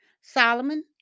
Solomon